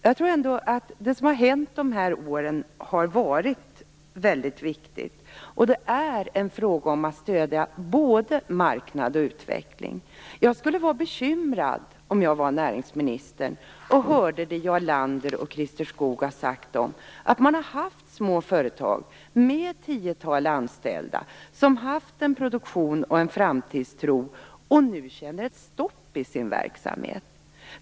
Jag tror att det som har hänt de här åren har varit väldigt viktigt. Det är en fråga om att stödja både marknad och utveckling. Jag skulle vara bekymrad om jag var näringsminister och hörde det Jarl Lander och Christer Skoog har sagt om små företag med ett tiotal anställda som haft en produktion och en framtidstro och som nu känner ett stopp i sin verksamhet.